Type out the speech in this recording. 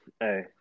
hey